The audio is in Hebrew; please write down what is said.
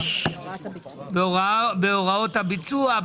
בהוראות הביצוע.